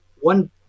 one